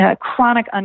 Chronic